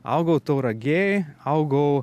augau tauragėj augau